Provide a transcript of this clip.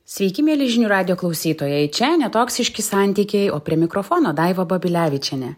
sveiki mieli žinių radijo klausytojai čia ne toksiški santykiai o prie mikrofono daivą babilevičienė